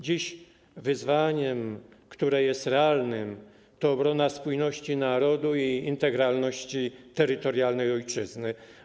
Dziś wyzwanie, które jest realne, to obrona spójności narodu i integralności terytorialnej ojczyzny.